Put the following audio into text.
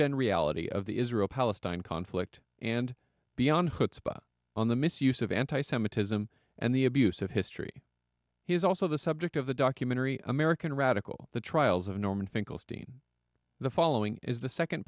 and reality of the israel palestine conflict and beyond chutzpah on the misuse of anti semitism and the abuse of history he is also the subject of the documentary american radical the trials of norman finkelstein the following is the second